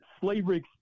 slavery